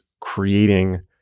creating